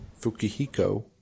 Fukihiko